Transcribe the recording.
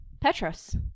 Petros